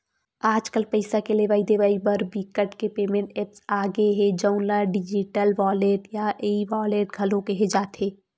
आजकल पइसा के लेवइ देवइ बर बिकट के पेमेंट ऐप्स आ गे हे जउन ल डिजिटल वॉलेट या ई वॉलेट घलो केहे जाथे